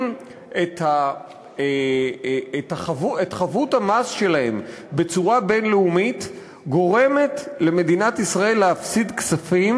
את חבות המס שלהם בצורה בין-לאומית גורמת למדינת ישראל להפסיד כספים,